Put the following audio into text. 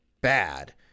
bad